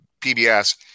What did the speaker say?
PBS